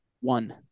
One